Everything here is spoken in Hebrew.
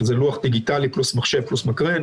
שזה לוח דיגיטלי פלוס מחשב פלוס מקרן,